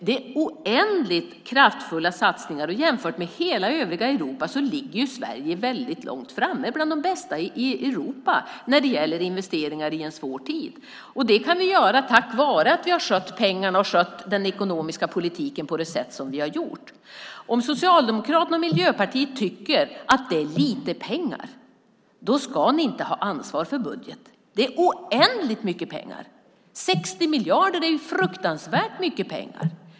Det är oändligt kraftfulla satsningar, och jämfört med hela övriga Europa ligger Sverige långt framme - bland de bästa i Europa - när det gäller investeringar i en svår tid. Vi kan göra dem tack vare att vi har skött pengarna och den ekonomiska politiken på det sätt vi har gjort. Om Socialdemokraterna och Miljöpartiet tycker att det är fråga om lite pengar ska ni inte ha ansvar för en budget. Det är oändligt mycket pengar. 60 miljarder är fruktansvärt mycket pengar.